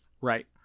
Right